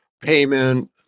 payment